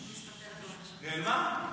נעלמה?